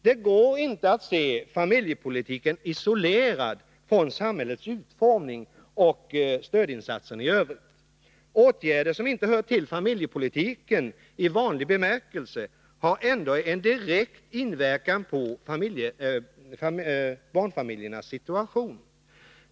Det går inte att se familjepolitiken isolerad från samhällets utformning och stödinsatserna i övrigt. Åtgärder som inte hör till familjepolitiken i vanlig bemärkelse har ändå en direkt inverkan på barnfamiljernas situation.